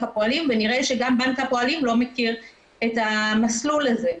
הפועלים ונראה שגם בנק הפועלים לא מכיר את המסלול הזה.